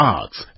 arts